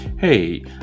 Hey